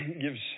gives